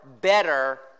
better